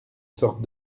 sorte